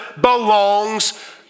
belongs